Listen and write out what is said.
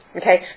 okay